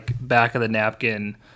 back-of-the-napkin